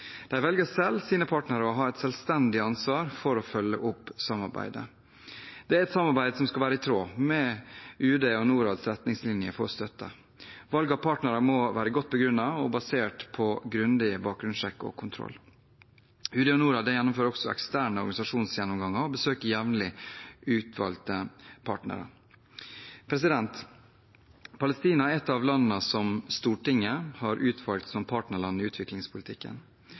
De velger selv sine partnere og har et selvstendig ansvar for å følge opp samarbeidet. Det er et samarbeid som skal være i tråd med UD og Norads retningslinjer for støtte. Valg av partnere må være godt begrunnet og basert på grundig bakgrunnssjekk og kontroll. UD og Norad gjennomfører også eksterne organisasjonsgjennomganger og besøker jevnlig utvalgte partnere. Palestina er et av landene som Stortinget har valgt ut som partnerland i utviklingspolitikken.